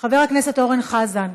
חבר הכנסת אורן חזן,